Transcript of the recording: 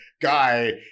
guy